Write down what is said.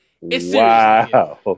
Wow